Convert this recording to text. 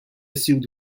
sued